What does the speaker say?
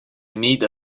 need